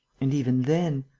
and even then.